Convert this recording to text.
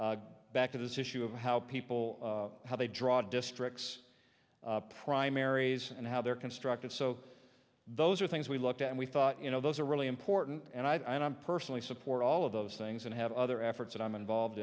politics back to this issue of how people how they draw districts primaries and how they're constructed so those are things we looked at and we thought you know those are really important and i don't personally support all of those things and have other efforts that i'm involved